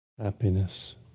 happiness